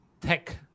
Tech